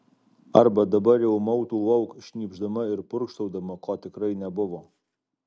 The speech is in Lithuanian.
arba dabar jau mautų lauk šnypšdama ir purkštaudama ko tikrai nebuvo